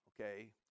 Okay